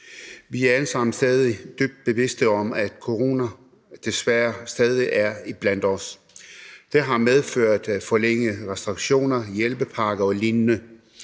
Vi er alle sammen stadig dybt bevidste om, at corona desværre stadig er iblandt os; det har medført forlængede restriktioner, hjælpepakker og lignende.